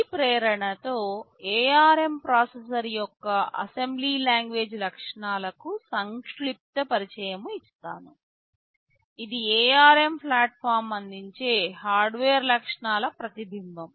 ఈ ప్రేరణతో ARM processor యొక్క అసెంబ్లీ లాంగ్వేజ్ లక్షణాలకు సంక్షిప్త పరిచయం ఇస్తాను ఇది ARM ప్లాట్ఫాం అందించే హార్డ్వేర్ లక్షణాల ప్రతిబింబం